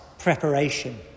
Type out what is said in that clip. preparation